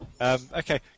Okay